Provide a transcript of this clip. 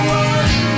one